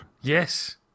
Yes